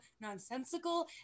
nonsensical